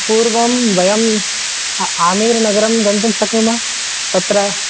पूर्वं वयम् आमेरनगरं गन्तुं शक्नुमः तत्र